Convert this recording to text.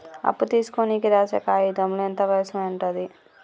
అప్పు తీసుకోనికి రాసే కాయితంలో ఎంత వయసు ఉంటది?